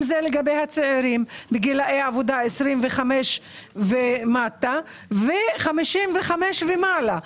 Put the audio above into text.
לגבי צעירים בגיל עבודה 25 ומטה ו-55 ומעלה.